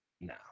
now